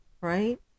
right